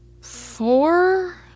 four